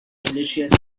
militias